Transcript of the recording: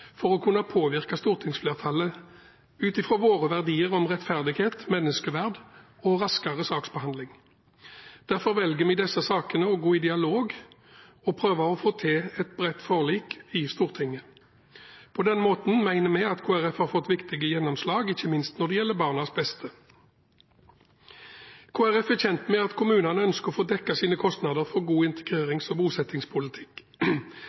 for å kunne påvirke stortingsflertallet ut ifra våre verdier om rettferdighet, menneskeverd og raskere saksbehandling. Derfor velger vi i disse sakene å gå i dialog og prøver å få til et bredt forlik i Stortinget. På den måten mener vi at Kristelig Folkeparti har fått viktige gjennomslag, ikke minst når det gjelder barnas beste. Kristelig Folkeparti er kjent med at kommunene ønsker å få dekket sine kostnader for en god